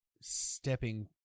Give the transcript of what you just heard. stepping